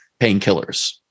Painkillers